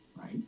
right